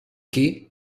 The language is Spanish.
key